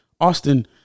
Austin